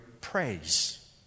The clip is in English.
praise